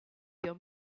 qu’un